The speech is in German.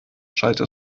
schallte